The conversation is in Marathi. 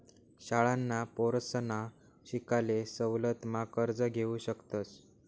शाळांना पोरसना शिकाले सवलत मा कर्ज घेवू शकतस